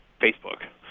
Facebook